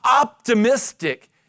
optimistic